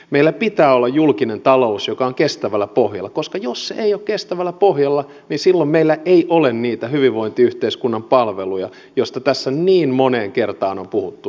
meillä pitää olla julkinen talous joka on kestävällä pohjalla koska jos se ei ole kestävällä pohjalla niin silloin meillä ei ole niitä hyvinvointiyhteiskunnan palveluja joista tässä niin moneen kertaan on puhuttu